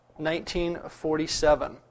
1947